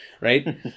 right